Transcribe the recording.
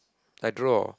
I draw